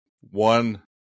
one